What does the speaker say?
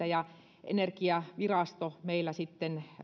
ja energiavirasto meillä sitten